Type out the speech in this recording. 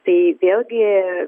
tai vėlgi